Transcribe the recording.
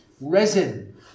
resin